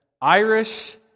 Irish